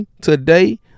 today